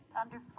underfoot